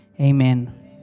Amen